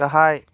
गाहाय